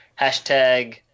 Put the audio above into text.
Hashtag